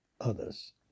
others